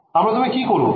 আমরা তবে কি করবো